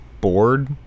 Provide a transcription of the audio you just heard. board